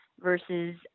versus